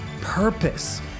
purpose